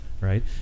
right